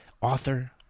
author